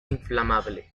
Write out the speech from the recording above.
inflamable